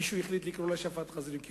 מישהו החליט לקרוא לה "שפעת חזירים" כי